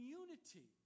unity